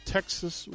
Texas